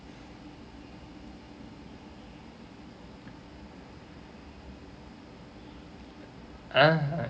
ah alright